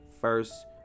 first